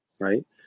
right